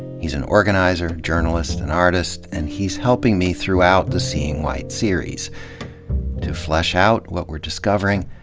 he's an organizer, journalist, and artist, and he's helping me throughout the seeing white series to flesh out what we're discovering,